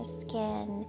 skin